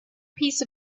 piece